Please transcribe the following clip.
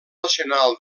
nacional